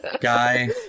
Guy